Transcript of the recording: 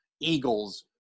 Eagles